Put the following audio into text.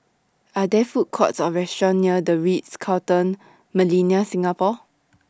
Are There Food Courts Or restaurants near The Ritz Carlton Millenia Singapore